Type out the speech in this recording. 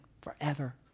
forever